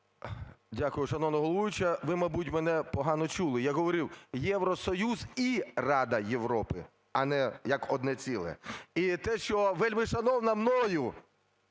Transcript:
Дякую, шановна головуюча. Ви, мабуть, мене погано чули. Я говорив: Євросоюз і Рада Європи. А не як одне ціле. І те, що вельмишановна мною